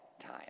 time